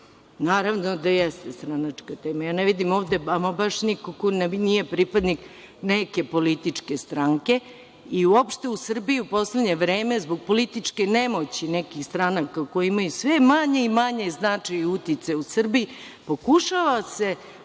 Naravno da jeste stranačka tema. Ja ne vidim ovde ama baš nikog ko nije pripadnik neke političke stranke i uopšte u Srbiji u poslednje vreme zbog političke nemoći nekih stranaka koje imaju sve manji i manji značaj i uticaj u Srbiji pokušava da